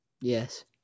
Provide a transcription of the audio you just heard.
Yes